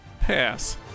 pass